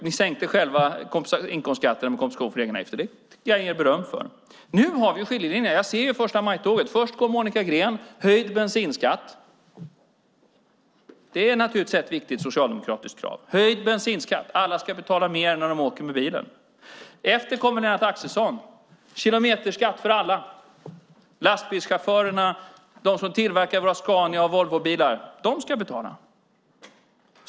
Ni sänkte själva inkomstskatterna med kompensation för egenavgifter. Det kan jag ge beröm för. Nu har vi en skiljelinje. Jag ser förstamajtåget. Först går Monica Green: höjd bensinskatt. Det är naturligtvis ett viktigt socialdemokratiskt krav. Alla ska betala mer när de åker med bilen. Efter kommer Lennart Axelsson: kilometerskatt för alla. Lastbilschaufförerna och de som tillverkar våra Scania och Volvobilar ska betala.